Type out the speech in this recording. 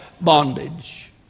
bondage